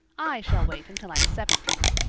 i shall wait until i'm seventeen.